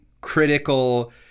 critical